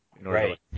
Right